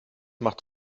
macht